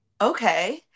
Okay